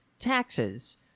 taxes